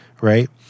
right